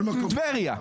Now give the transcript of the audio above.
טבריה.